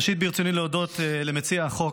ראשית, ברצוני להודות למציע החוק,